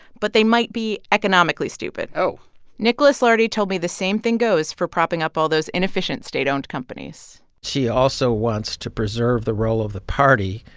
but they might be economically stupid oh nicholas lardy told me the same thing goes for propping up all those inefficient state-owned companies xi also wants to preserve the role of the party,